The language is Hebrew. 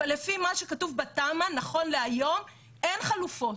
אבל לפי מה שכתוב בתמ"א נכון להיום אין חלופות,